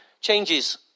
changes